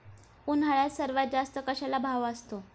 उन्हाळ्यात सर्वात जास्त कशाला भाव असतो?